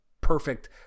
perfect